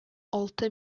алты